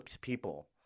people